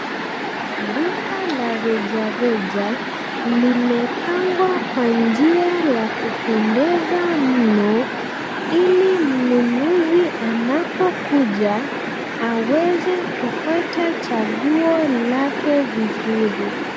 Duka la rejareja limepangwa kwa njia la kupendeza mno ili mnunuzi anapokuja aweze kupata chaguo lake vizuri.